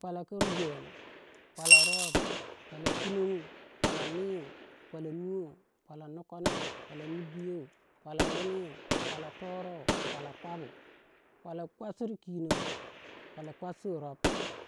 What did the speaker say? Pwalou ku gen, pwalou rob, pwalou kunong, pwalou niu, pwalou nuwo, pwalou nokonou, pwalou kibiyo, pwola wuniu, pwalou torou, pwalou kwobu, pwalou kwabsir kinon, pwola kwabsir rob.